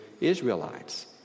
Israelites